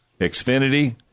Xfinity